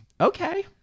okay